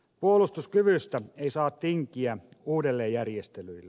puolustuskyvystä ei saa tinkiä uudelleenjärjestelyillä